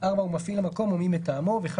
הוא מפעיל המקום או מי מטעמו,